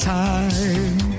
time